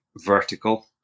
vertical